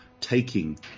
taking